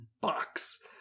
box